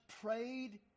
prayed